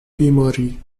بیماری